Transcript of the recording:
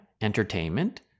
entertainment